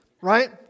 right